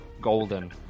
golden